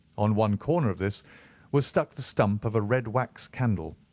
on one corner of this was stuck the stump of a red wax candle.